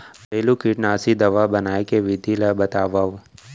घरेलू कीटनाशी दवा बनाए के विधि ला बतावव?